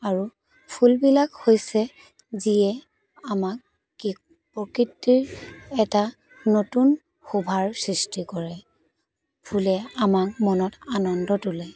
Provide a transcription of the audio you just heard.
আৰু ফুল বিলাক হৈছে যিয়ে আমাক কি প্ৰকৃতিৰ এটা নতুন সোভাৰ সৃষ্টি কৰে ফুলে আমাক মনত আনন্দ তুলে